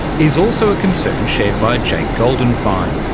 is also a concern and shared by jake goldenfein.